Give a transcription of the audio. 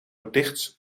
dicht